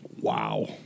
Wow